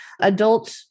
adult